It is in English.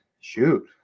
shoot